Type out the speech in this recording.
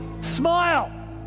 smile